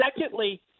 secondly